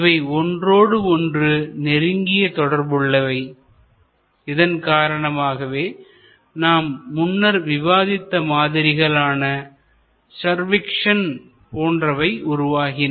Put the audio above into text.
இவை ஒன்றோடு ஒன்று நெருங்கிய தொடர்புள்ளவை இதன் காரணமாகவே நாம் முன்னர் விவாதித்த மாதிரிகளான சர்விக்ஷன் போன்றவை உருவாகின